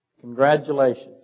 Congratulations